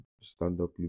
stand-up